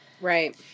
Right